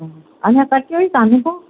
अञा पठियो ई कोन्हे को